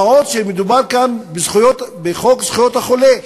מה עוד שמדובר כאן בחוק זכויות החולה,